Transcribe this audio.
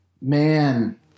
Man